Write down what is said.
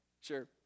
Sure